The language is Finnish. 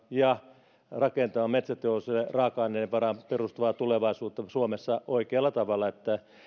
ja metsäteollisuuden raaka aineiden varaan perustuvan tulevaisuuden rakentamisen suomessa oikealla tavalla